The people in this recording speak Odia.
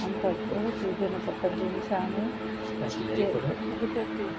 ବିଭିନ୍ନ ପ୍ରକାର ଜିନିଷ ଆମେ ତିଆରି କରିଥାଉ